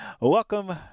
welcome